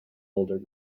older